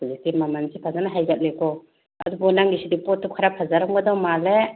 ꯍꯧꯖꯤꯛꯇꯤ ꯃꯃꯟꯁꯤ ꯐꯖꯅ ꯍꯥꯏꯒꯠꯂꯦꯀꯣ ꯑꯗꯨꯕꯨ ꯅꯪꯒꯤꯁꯤꯗꯤ ꯄꯣꯠꯇꯨ ꯈꯔ ꯐꯖꯔꯝꯒꯗꯕ ꯃꯥꯜꯂꯦ